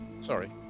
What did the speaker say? Sorry